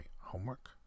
homework